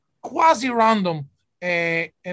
quasi-random